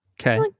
Okay